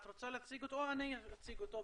אני אציג אותו בקצרה.